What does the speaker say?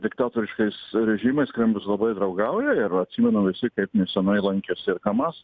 diktatoriškais režimais kremlius labai draugauja ir atsimenu visi kaip nesenai lankėsi ir hamas